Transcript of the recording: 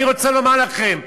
אני רוצה לומר לכם: